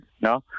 no